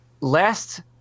last